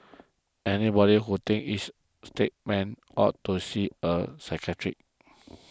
anybody who thinks he is a statesman ought to see a psychiatrist